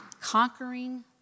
conquering